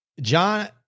John